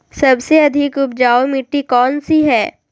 सबसे अधिक उपजाऊ मिट्टी कौन सी हैं?